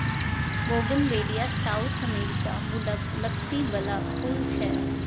bougainvillea South America मुलक लत्ती बला फुल छै